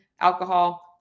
alcohol